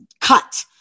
cut